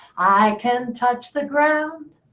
i can touch the ground.